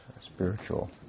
spiritual